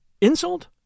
Insult